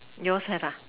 yours have ah